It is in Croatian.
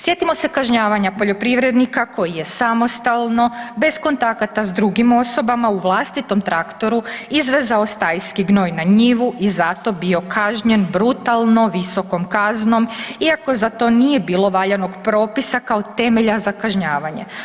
Sjetimo se kažnjavanja poljoprivrednika koji je samostalno bez kontakata s drugim osobama u vlastitom traktoru izvezao stajski gnoj na njivu i zato bio kažnjen brutalno visokom kaznom iako za to nije bilo valjanog propisa kao temelja za kažnjavanje.